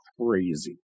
crazy